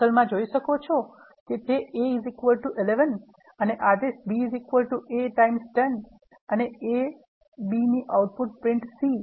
કન્સોલમાં જોઈ શકો છે કે તે a 11 અને આદેશ b a times 10 અને a b ની આઉટપુટ પ્રિન્ટ સી